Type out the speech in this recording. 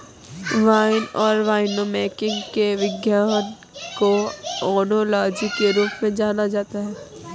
wine और winemaking के विज्ञान को ओनोलॉजी के रूप में जाना जाता है